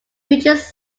features